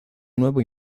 nuevo